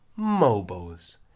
mobos